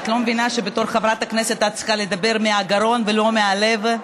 את לא מבינה שבתור חברת כנסת את צריכה לדבר מהגרון ולא מהלב?